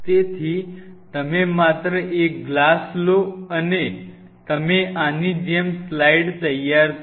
તેથી તમે માત્ર એક ગ્લાસ લો અને તમે આની જેમ સ્લાઇડ તૈયાર કરો